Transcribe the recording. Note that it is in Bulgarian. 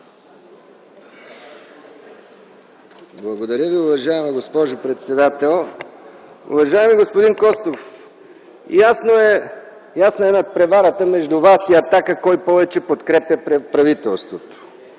Благодаря, уважаема госпожо председател. Уважаеми господин Костов, ясна е надпреварата между вас и „Атака” кой повече подкрепя правителството.